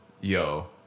Yo